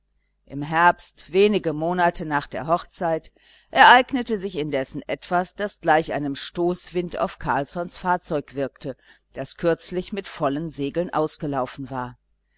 im herbst wenige monate nach der hochzeit ereignete sich indessen etwas das gleich einem stoßwind auf carlssons fahrzeug wirkte das kürzlich mit vollen segeln ausgelaufen war